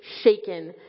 shaken